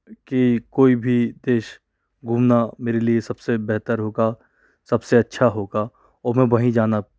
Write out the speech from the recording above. की कोई भी देश घूमना मेरे लिए सबसे बेहतर होगा सबसे अच्छा होगा और मैं वहीं जाना